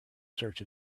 search